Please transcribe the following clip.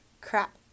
crap